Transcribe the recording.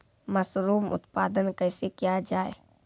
Mushroom उत्पादन कैसे किया जाय?